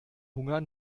hunger